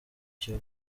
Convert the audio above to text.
kivu